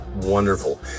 Wonderful